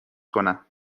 کنم